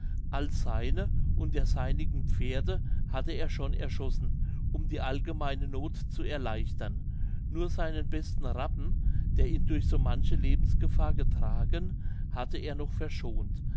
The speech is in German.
alle seine und der seinigen pferde hatte er schon erschossen um die allgemeine noth zu erleichtern nur seinen besten rappen der ihn durch so manche lebensgefahr getragen hatte er noch verschont